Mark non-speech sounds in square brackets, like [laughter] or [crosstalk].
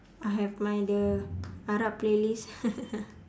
I have my the arab playlist [laughs]